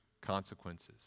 consequences